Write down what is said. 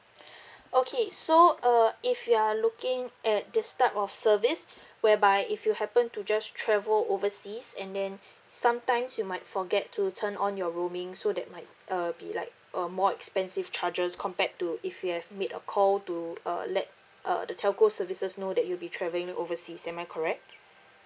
okay so uh if you are looking at this type of service whereby if you happen to just travel overseas and then sometimes you might forget to turn on your roaming so that might err be like uh more expensive charges compared to if you have made a call to err let uh the telco services know that you'll be travelling overseas am I correct